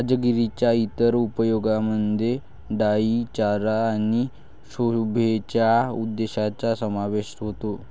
राजगिराच्या इतर उपयोगांमध्ये डाई चारा आणि शोभेच्या उद्देशांचा समावेश होतो